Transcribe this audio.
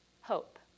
hope